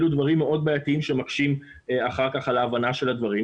אלה דברים מאוד בעייתיים שמקשים אחר כך על ההבנה של הדברים.